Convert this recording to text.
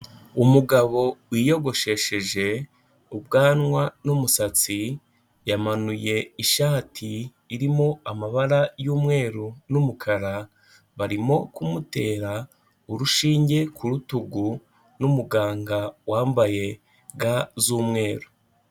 Umugabo wiyogoshesheje ubwanwa n'umusatsi yamanuye ishati irimo amabara y'umweru n'umukara, barimo kumutera urushinge ku rutugu n'umuganga wambaye ga z'umweru.